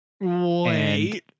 Wait